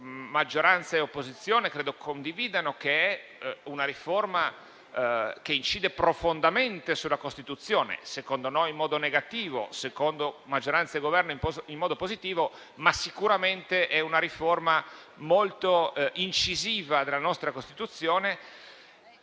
maggioranza e opposizione condividono che sia una riforma che incide profondamente sulla Costituzione, secondo noi in modo negativo, secondo maggioranza e Governo in modo positivo. Sicuramente è una riforma molto incisiva della nostra Costituzione.